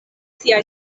siaj